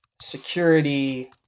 Security